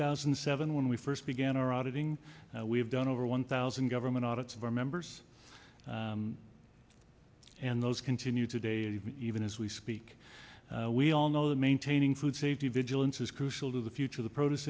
thousand and seven when we first began our auditing we've done over one thousand government audits of our members and those continue today even as we speak we all know that maintaining food safety vigilance is crucial to the future of the pro